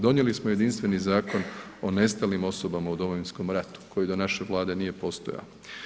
Donijeli smo jedinstveni Zakon o nestalim osobama u Domovinskom ratu koji do naše Vlade nije postojao.